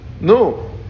No